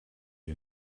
you